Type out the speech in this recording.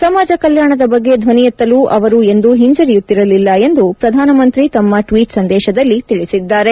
ಸಮಾಜ ಕಲ್ಯಾಣದ ಬಗ್ಗೆ ಧ್ಲನಿ ಎತ್ತಲು ಅವರು ಎಂದೂ ಹಿಂಜರಿಯುತ್ತಿರಲಿಲ್ಲ ಎಂದು ಪ್ರಧಾನಮಂತ್ರಿ ತಮ್ಮ ಟ್ವೀಟ್ ಸಂದೇಶದಲ್ಲಿ ತಿಳಿಸಿದ್ದಾರೆ